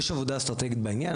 יש עבודה אסטרטגית בעניין.